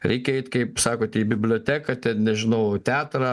reikia eit kaip sakote į biblioteką ten nežinau teatrą